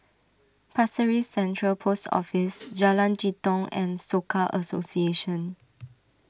Pasir Ris Central Post Office Jalan Jitong and Soka Association